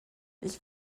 ich